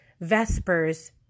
Vespers